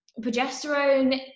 progesterone